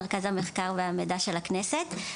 מחקר המחקר והמידע של הכנסת.